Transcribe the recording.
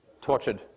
tortured